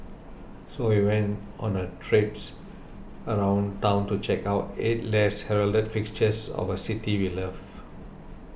so we went on a traipse around town to check out eight less heralded fixtures of a city we love